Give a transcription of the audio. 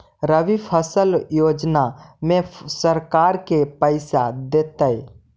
रबि फसल योजना में सरकार के पैसा देतै?